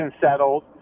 settled